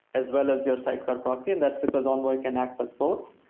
as well as your sidecar proxy. and that's because envoy can act as both.